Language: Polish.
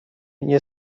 nie